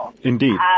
Indeed